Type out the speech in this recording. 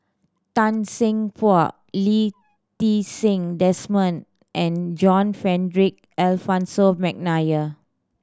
Tan Seng Poh Lee Ti Seng Desmond and John Frederick Adolphus McNair